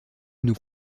nous